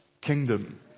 kingdom